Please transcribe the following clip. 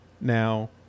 Now